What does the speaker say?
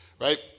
right